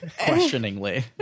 questioningly